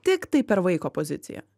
tiktai per vaiko poziciją